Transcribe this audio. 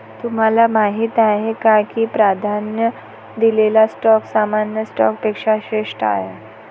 तुम्हाला माहीत आहे का की प्राधान्य दिलेला स्टॉक सामान्य स्टॉकपेक्षा श्रेष्ठ आहे?